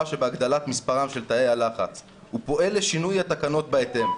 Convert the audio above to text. שבהגדלת מספרם של תאי הלחץ ופועל לשינוי התקנות בהתאם.